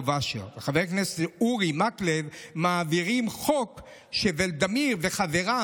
אשר וחבר הכנסת אורי מקלב מעבירים חוק שוולדימיר וחבריו,